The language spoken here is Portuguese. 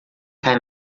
cai